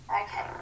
Okay